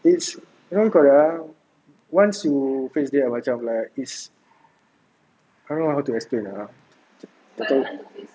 it's how you call that ah once you face there macam like it's I don't want how to explain ah tak tahu